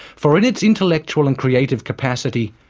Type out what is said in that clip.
for in its intellectual and creative capacity,